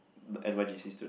n_y_j_c student